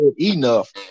enough